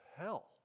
hell